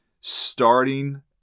starting